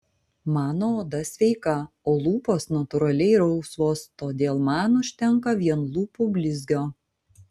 mano oda sveika o lūpos natūraliai rausvos todėl man užtenka vien lūpų blizgio